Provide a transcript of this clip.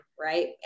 Right